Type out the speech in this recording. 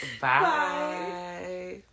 Bye